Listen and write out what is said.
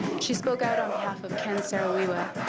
she spoke out on behalf of ken saro-wiwa,